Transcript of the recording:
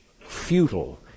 futile